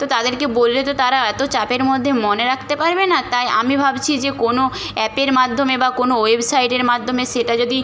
তো তাদেরকে বললে তো তারা এত চাপের মধ্যে মনে রাখতে পারবে না তাই আমি ভাবছি যে কোনো অ্যাপের মাধ্যমে বা কোনো ওয়েবসাইটের মাধ্যমে সেটা যদি